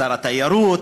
שר התיירות?